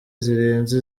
zirenze